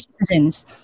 citizens